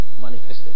manifested